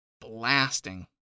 blasting